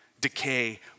decay